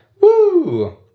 woo